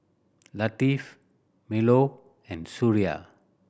Latif Melur and Suria